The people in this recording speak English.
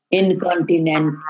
incontinent